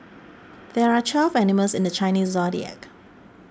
there are twelve animals in the Chinese zodiac